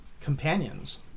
companions